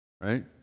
Right